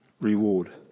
Reward